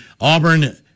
Auburn